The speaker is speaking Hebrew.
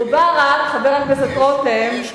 עוד בפגישה, מובארק, חבר הכנסת רותם,